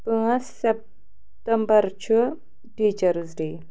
پانٛژھ سپٹمبر چھُ teachers day